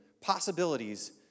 possibilities